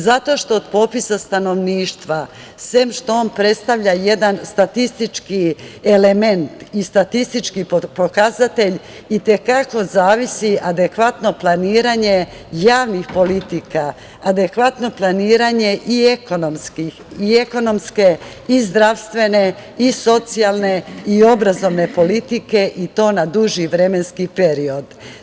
Zato što od popisa stanovništva sem što on predstavlja jedan statistički element i statistički pokazatelj i te kako zavisi adekvatno planiranje javnih politika, adekvatno planiranje i ekonomske i zdravstvene i socijalne i obrazovne politike i to na duži vremenski period.